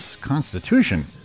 constitution